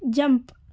jump